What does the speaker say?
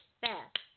fast